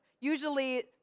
usually